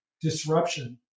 disruption